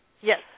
Yes